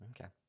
Okay